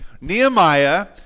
Nehemiah